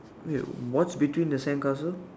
yes what's between the sandcastle